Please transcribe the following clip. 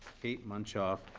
kate munchof,